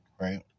right